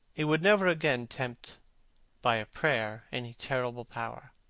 he would never again tempt by a prayer any terrible power.